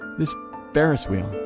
this ferris wheel,